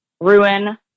ruin